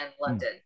London